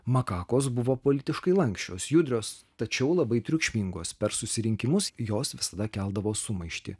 makakos buvo politiškai lanksčios judrios tačiau labai triukšmingos per susirinkimus jos visada keldavo sumaištį